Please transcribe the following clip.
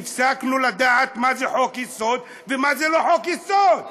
הפסקנו לדעת מה זה חוק-יסוד ומה זה לא חוק-יסוד.